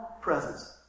presence